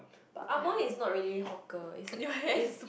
but amoy is not really hawker is is